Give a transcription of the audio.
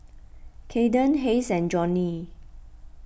Kaeden Hays and Johny